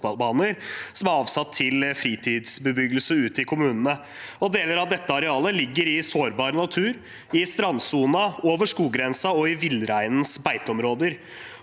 som er avsatt til fritidsbebyggelse ute i kommunene. Deler av dette arealet ligger i sårbar natur, i strandsonen, over skoggrensen og i villreinens beiteområder.